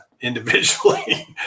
individually